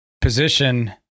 position